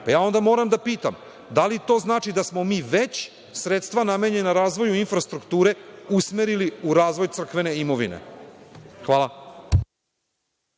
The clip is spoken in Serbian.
Onda moram da pitam - da li to znači da smo mi već sredstva namenjena razvoju infrastrukture usmerili u razvoj crkvene imovine.